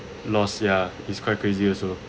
loss ya it's quite crazy also